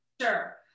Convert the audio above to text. Sure